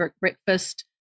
breakfast